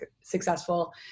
successful